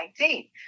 2019